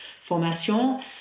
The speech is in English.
Formation